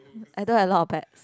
I don't have a lot of bags